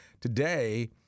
today